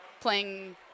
playing